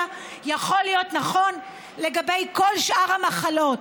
יכול להיות נכון לגבי כל שאר המחלות.